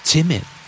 Timid